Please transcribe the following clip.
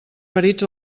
ferits